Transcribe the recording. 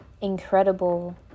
incredible